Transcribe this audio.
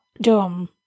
dumb